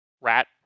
Rat